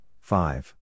five